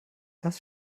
das